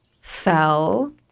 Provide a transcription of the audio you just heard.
Fell